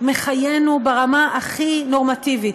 מחיינו ברמה הכי נורמטיבית,